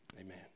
Amen